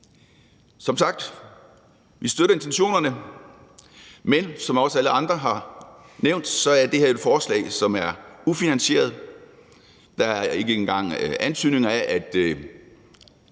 Som sagt støtter vi intentionerne, men som også alle parter har nævnt, er det her jo et forslag, som er ufinansieret. Der er ikke engang antydninger af,